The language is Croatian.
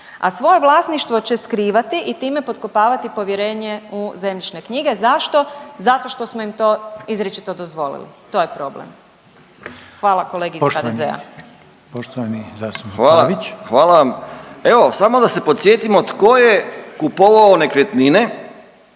a svoje vlasništvo će skrivati i time potkopavati povjerenje u zemljišne knjige. Zašto? Zato što smo im to izričito dozvolili, to je problem. Hvala kolegi iz HDZ-a. **Reiner, Željko (HDZ)** Poštovani, poštovani zastupnik